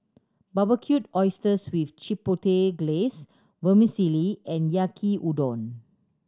Barbecued Oysters with Chipotle Glaze Vermicelli and Yaki Udon